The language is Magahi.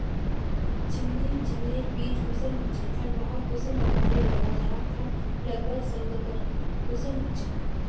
झिंगली झिंग लिर बीज कुंसम होचे आर वाहक कुंसम प्रकारेर लगा जाहा आर लगवार संगकर कुंसम होचे?